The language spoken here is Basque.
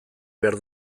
behar